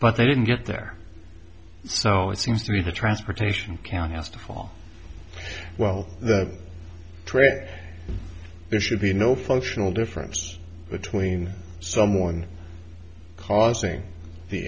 but they didn't get there so it seems to me the transportation count has to fall well the trick there should be no functional difference between someone causing the